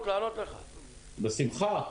בשמחה.